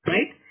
Right